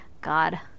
God